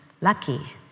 lucky